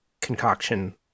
concoction